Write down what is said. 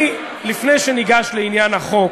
לפני שניגש לעניין החוק,